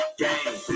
game